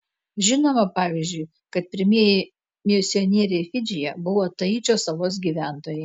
žinoma pavyzdžiui kad pirmieji misionieriai fidžyje buvo taičio salos gyventojai